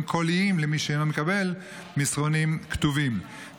קוליים למי שאינו מקבל מסרונים כתובים,